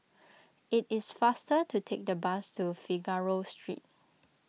it is faster to take the bus to Figaro Street